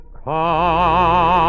come